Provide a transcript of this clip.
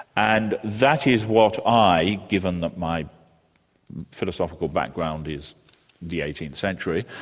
and that is what i, given that my philosophical background is the eighteenth century,